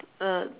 uh